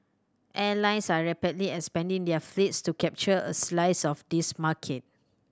airlines are rapidly expanding their fleets to capture a slice of this market